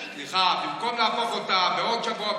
במקום להפוך אותה בעוד שבוע,